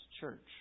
church